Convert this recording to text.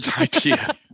idea